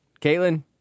Caitlin